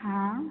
हाँ